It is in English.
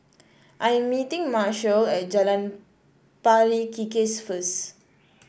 I am meeting Marshall at Jalan Pari Kikis first